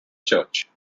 church